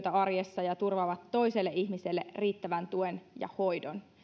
työtä arjessa ja turvaavat toiselle ihmiselle riittävän tuen ja hoidon